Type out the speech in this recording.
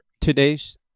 today's